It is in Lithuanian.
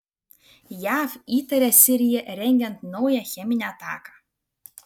jav įtaria siriją rengiant naują cheminę ataką